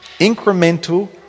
incremental